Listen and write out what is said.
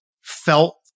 felt